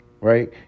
right